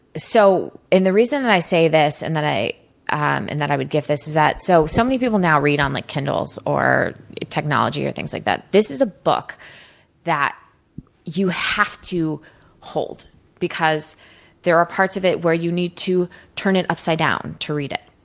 so, and the reason that i say this, and that i um and that i would gift this, is that so so many people now read on like kindles, or technology, or things like that. this is a book that you have to hold because there are parts of it where you need to turn it upside down to read it.